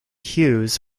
hughes